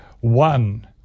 one